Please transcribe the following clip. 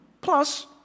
plus